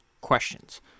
questions